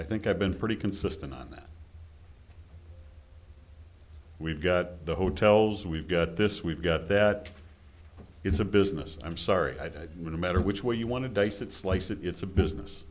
i think i've been pretty consistent on that we've got the hotels we've got this we've got that it's a business i'm sorry i didn't matter which way you want to dice it slice it it's a business